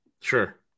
Sure